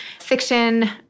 fiction